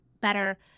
better